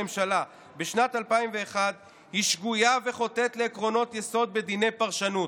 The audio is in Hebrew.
הממשלה בשנת 2001 היא שגויה וחוטאת לעקרונות יסוד בדיני פרשנות.